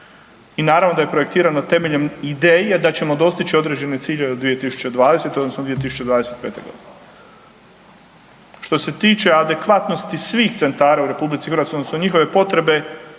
i naravno da je projektirano temeljem ideje da ćemo dostići određene ciljeve od 2020. odnosno 2025.g. Što se tiče adekvatnosti svih centara u RH odnosno njihove potrebe,